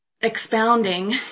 expounding